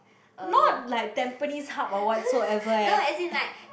not like Tampines-Hub or whatsoever eh